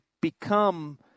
become